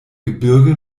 gebirge